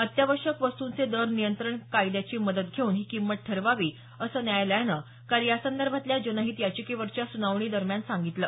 अत्यावश्यक वस्तूंचे दर नियंत्रण कायद्याची मदत घेऊन ही किंमत ठरवावी असं न्यायालयानं काल यासंदर्भातल्या जनहित याचिकेवरच्या सुनावणी दरम्यान सांगितलं